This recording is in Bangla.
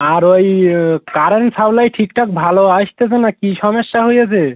আর ওই কারেন্ট সাপ্লাই ঠিকঠাক ভালো আসতেছে না কী সমস্যা হয়েছে